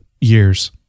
years